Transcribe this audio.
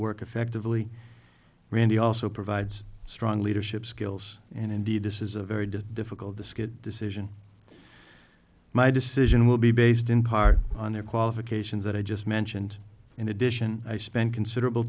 work effectively randy also provides strong leadership skills and indeed this is a very difficult to skid decision my decision will be based in part on their qualifications that i just mentioned in addition i spend considerable